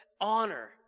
honor